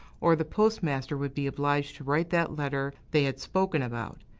or the postmaster would be obliged to write that letter they had spoken about.